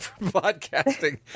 podcasting